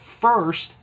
first